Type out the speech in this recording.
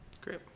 great